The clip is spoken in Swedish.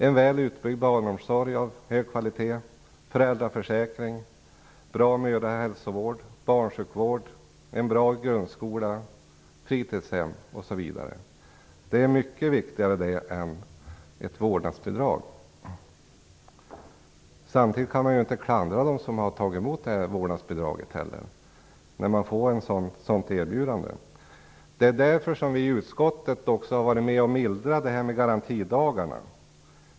En väl utbyggd barnomsorg av hög kvalitet, föräldraförsäkring, bra mödrahälsovård och barnsjukvård, en bra grundskola, fritidshem osv. är mycket viktigare än ett vårdnadsbidrag. Samtidigt kan man inte klandra dem som har tagit emot vårdnadsbidraget när de fått erbjudandet. Det är därför vi i utskottet har varit med och mildrat förslaget om garantidagarna.